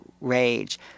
rage